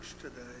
today